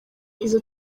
izo